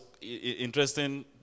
interesting